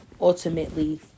ultimately